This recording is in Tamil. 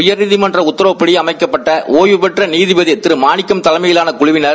உயர்நீதிமன்ற உத்தரவப்படி அமைக்கப்பட்ட ஒய்வுபெற்ற நீதிப்தி திரு மானிக்கம் தலைமையிலான குழலினர்